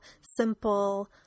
simple